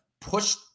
push